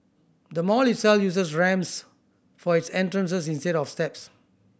the mall itself uses ramps for its entrances instead of steps